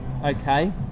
Okay